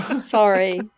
Sorry